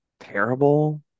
terrible